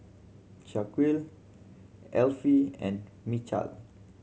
Shaquille Effie and Mychal